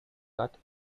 cut